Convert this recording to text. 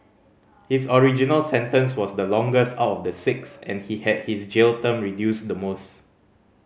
his original sentence was the longest out of the six and he had his jail term reduced the most